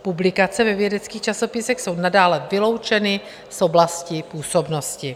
Publikace ve vědeckých časopisech jsou nadále vyloučeny z oblasti působnosti.